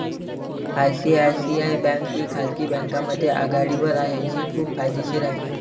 ICICI bank ही खाजगी बँकांमध्ये आघाडीवर आहे जी खूप फायदेशीर आहे